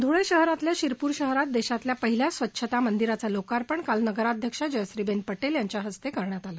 धूळे जिल्ह्यातल्या शिरपूर शहरात देशातल्या पहिल्या स्वच्छता मंदिराचं लोकार्पण काल नगराध्यक्षा जयश्रीबेन पटेल यांच्या हस्ते काल करण्यात आलं